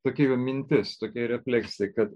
tokia jo mintis tokia refleksija kad